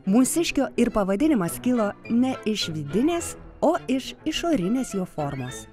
mūsiškio ir pavadinimas kilo ne iš vidinės o iš išorinės jo formos